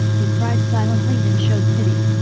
who cried silently and showed pity.